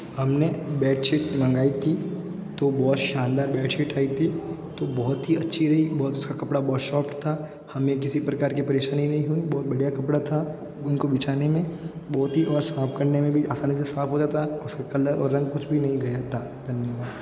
हमने बैडशीट मंगाई थी तो बहुत शानदार बैडशीट आई थी तो बहुत ही अच्छी रही बहुत उसका कपड़ा बहुत शौफ़्ट था हमें किसी प्रकार की परेशानी नहीं हुई बहुत बढ़िया कपड़ा था उनको बिछाने में बहुत ही और साफ़ करने में भी आसानी से साफ़ हो जाता उसका कलर और रंग कुछ भी नहीं गया था धन्यवाद